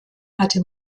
hatte